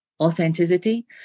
authenticity